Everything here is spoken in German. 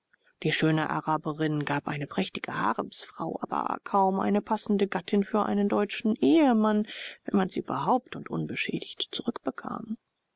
die schöne araberin gab eine prächtige haremsfrau aber kaum eine passende gattin für einen deutschen ehemann wenn man sie überhaupt und unbeschädigt